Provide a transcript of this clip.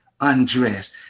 undressed